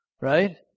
right